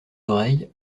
oreilles